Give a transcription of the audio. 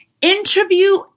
interview